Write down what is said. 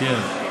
כן.